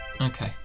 Okay